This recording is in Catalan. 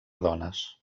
dones